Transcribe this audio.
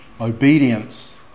obedience